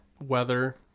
Weather